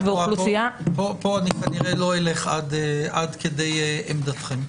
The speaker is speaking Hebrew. פה כנראה לא אלך עד כדי עמדתכם.